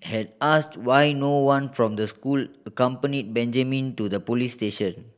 had asked why no one from the school accompanied Benjamin to the police station